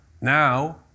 now